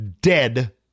Dead